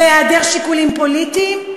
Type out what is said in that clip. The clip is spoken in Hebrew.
בהיעדר שיקולים פוליטיים?